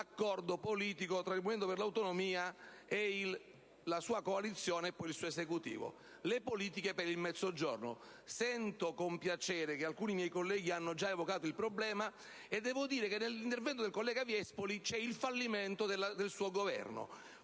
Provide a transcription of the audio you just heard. l'accordo politico tra il Movimento per le Autonomie, la sua coalizione e il suo Esecutivo: le politiche per il Mezzogiorno. Sento con piacere che alcuni miei colleghi hanno già evocato il problema, e devo dire che nell'intervento del collega Viespoli c'è il fallimento del suo Governo.